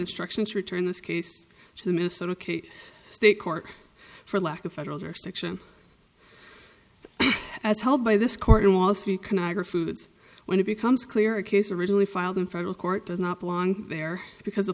instructions to return this case to the minnesota case state court for lack of federal jurisdiction as held by this court when it becomes clear a case originally filed in federal court does not belong there because the